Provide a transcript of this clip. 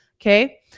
okay